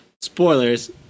Spoilers